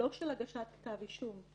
לא של הגשת כתב אישום,